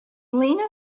lena